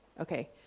okay